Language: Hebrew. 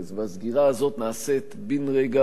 והסגירה הזאת נעשית בן-רגע,